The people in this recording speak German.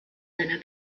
seiner